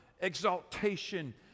exaltation